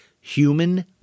human